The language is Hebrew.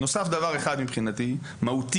נוסף דבר אחד, מבחינתי מהותי.